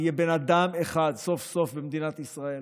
כי סוף-סוף יהיה בן אדם אחד במדינת ישראל